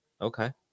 Okay